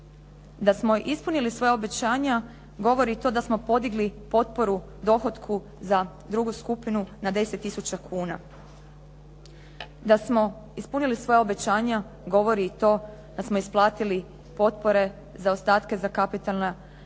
Da smo ispunili svoja obećanja govori i to da smo podigli potporu dohotku za drugu skupinu na 10 tisuća kuna. Da smo ispunili svoja obećanja govori i to da smo isplatili potpore, zaostatke za kapitalna ulaganja